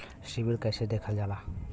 CIBIL कैसे देखल जाला?